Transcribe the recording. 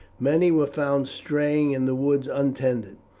many were found straying in the woods untended,